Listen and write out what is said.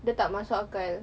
dia tak masuk akal